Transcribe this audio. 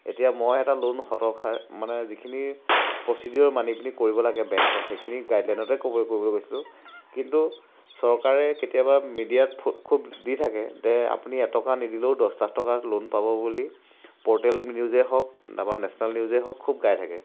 এতিয়া মই এটা লোন সততাৰ মানে যিখিনি প্ৰচিডিঅৰ মানি পিনি কৰিব লাগে বেংকৰ সেইখিনি গাইডলাইনতে কৰিবলৈ গৈছিলোঁ কিন্তু চৰকাৰে কেতিয়াবা মিডিয়াত খুব দি থাকে যে আপুনি এটকা নিদিলেও দছ লাখ টকাত লোন পাব বুলি প'ৰ্টেল নিউজেই হওক নাইবা নেশ্যনেল নিউজেই হওক খুব গাই থাকে